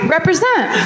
Represent